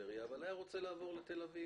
בפריפריה אבל רצו לעבור לתל אביב